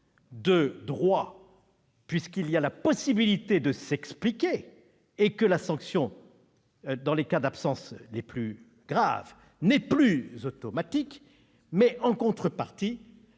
de droits, puisqu'il y aura la possibilité de s'expliquer et que la sanction, dans les cas d'absence les plus graves, ne sera plus automatique, mais, en contrepartie,